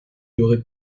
aurait